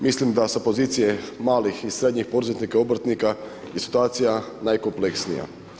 Mislim da sa pozicije malih i srednjih poduzetnika i obrtnika je situacija najkompleksnija.